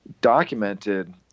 documented